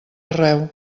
arreu